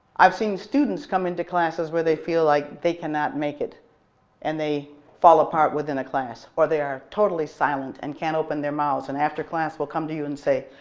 i've seen students come into class where they feel like they cannot make it and they fall apart within a class or they are totally silent and can't open their mouths and after class will come to you and say,